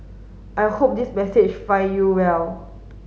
I hope this message find you well